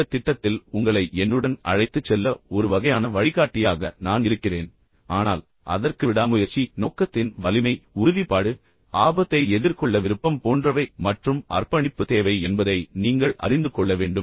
இந்தத் திட்டத்தில் உங்களை என்னுடன் அழைத்துச் செல்ல ஒரு வகையான வழிகாட்டியாக நான் இருக்கிறேன் ஆனால் அதற்கு விடாமுயற்சி நோக்கத்தின் வலிமை உறுதிப்பாடு ஆபத்தை எதிர்கொள்ள விருப்பம் போன்றவை மற்றும் அர்ப்பணிப்பு தேவை என்பதை நீங்கள் அறிந்து கொள்ள வேண்டும்